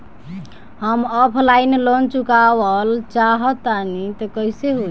हम offline loan चुकावल चाहऽ तनि कइसे होई?